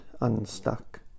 unstuck